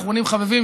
אחרונים חביבים,